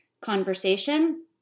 conversation